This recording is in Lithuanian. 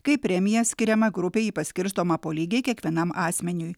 kai premija skiriama grupei ji paskirstoma po lygiai kiekvienam asmeniui